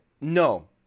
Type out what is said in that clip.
no